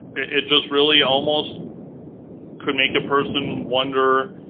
it just really almost could make a person wonder.